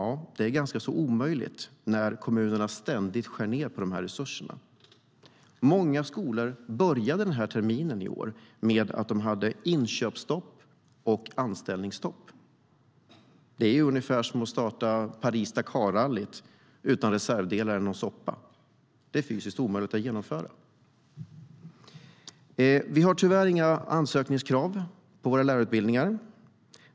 Det är ganska omöjligt när kommunerna ständigt skär ned på resurserna. Många skolor började terminen i år med att de hade inköpsstopp och anställningsstopp. Det är ungefär som att starta Paris-Dakar-rallyt utan reservdelar eller någon soppa. Det är fysiskt omöjligt att genomföra. Vi har tyvärr inga ansökningskrav på våra lärarutbildningar.